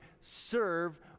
serve